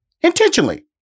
intentionally